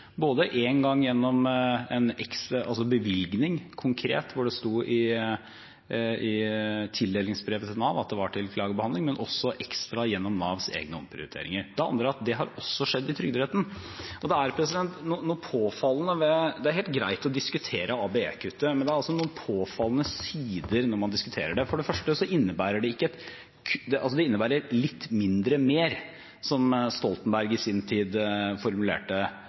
både én gang konkret gjennom en bevilgning der det sto i tildelingsbrevet at det var til klagebehandling, og også ekstra gjennom Navs egne omprioriteringer. Det andre er at det også har skjedd i Trygderetten. Det er helt greit å diskutere ABE-kuttet, men det er noen påfallende sider når man diskuterer det. For det første innebærer det «litt mindre mer», som Stoltenberg i sin tid formulerte en annen politikk, altså litt mindre mer fordi man også i